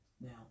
Now